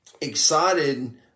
excited